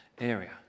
area